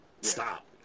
stop